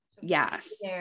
yes